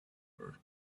work